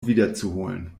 wiederzuholen